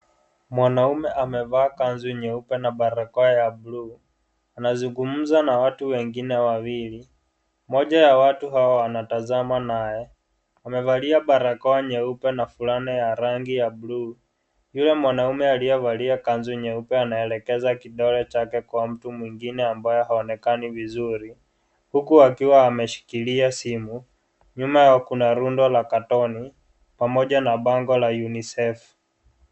Mwanaume amevaa kanzu nyeupe na barakoa ya bluu. Anazungumza na watu wengine wawili. Mmoja ya watu hao wanatazama naye, amevalia barakoa nyeupe na fulana ya rangi ya bluu. Yule mwanaume aliyevalia kanzu nyeupe anaelekeza kidole chake kwa mtu mwingine ambaye haonekani vizuri, huku akiwa ameshikilia simu. Nyuma yao kuna rundo la katoni, pamoja na bango la unicef.